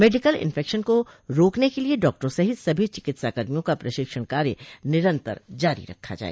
medical infection को रोकने के लिए डॉक्टरों सहित सभी चिकित्साकर्मियों का प्रशिक्षण कार्य निरन्तर जारी रखा जाए